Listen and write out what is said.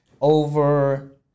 over